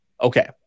Okay